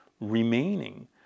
remaining